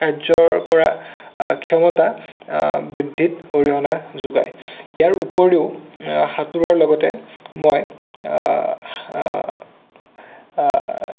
কাৰ্য কৰা ক্ষমতা বৃদ্ধিত অৰিহণা যোগায় ইয়াৰ উপৰিও সাঁতোৰৰ লগতে মই